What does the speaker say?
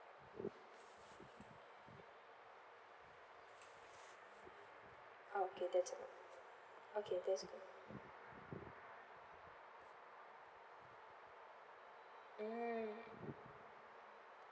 uh okay that's good okay that's good mm